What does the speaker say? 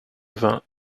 vingts